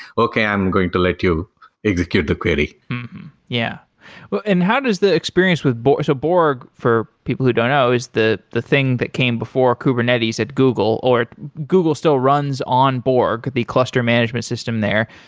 okay, i'm going to let you execute the query yeah, well and how does the experience with so borg, for people who don't know is the the thing that came before kubernetes at google, or google still runs on borg the cluster management system there.